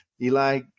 Eli